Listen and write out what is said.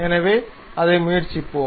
எனவே அதை முயற்சிப்போம்